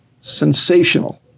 sensational